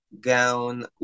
gown